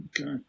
Okay